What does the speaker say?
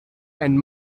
and